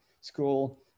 school